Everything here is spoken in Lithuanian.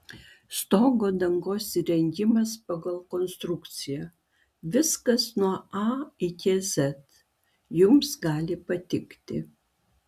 stogo dangos įrengimas pagal konstrukciją viskas nuo a iki z jums gali patikti